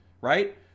right